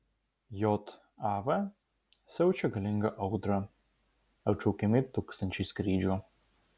jav siaučia galinga audra atšaukiami tūkstančiai skrydžių